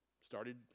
started